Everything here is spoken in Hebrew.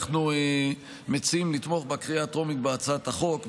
אנחנו מציעים לתמוך בקריאה הטרומית בהצעת החוק,